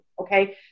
okay